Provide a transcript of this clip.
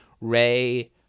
ray